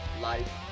life